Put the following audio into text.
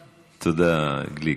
תודה, גליק.